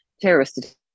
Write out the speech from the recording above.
terrorist